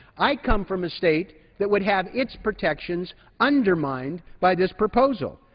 i come from a state that would have its protections undermined by this proposal.